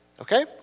okay